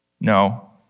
no